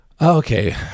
Okay